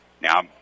Now